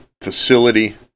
facility